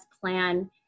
plan